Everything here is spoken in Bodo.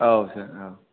औ सार औ